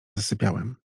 zasypiałem